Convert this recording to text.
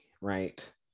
right